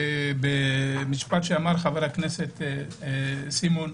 ממשפט שאמר חבר הכנסת דוידסון,